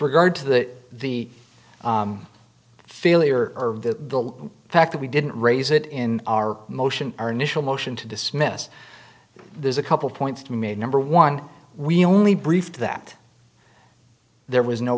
regard to that the failure of the fact that we didn't raise it in our motion our initial motion to dismiss there's a couple points to made number one we only brief that there was no